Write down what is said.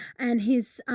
and he's,